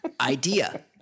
idea